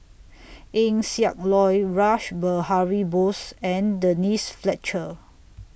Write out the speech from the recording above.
Eng Siak Loy Rash Behari Bose and Denise Fletcher